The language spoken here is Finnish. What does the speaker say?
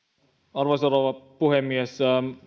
arvoisa rouva puhemies